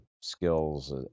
skills